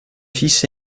fils